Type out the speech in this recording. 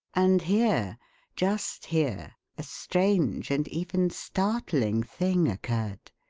and here just here a strange and even startling thing occurred.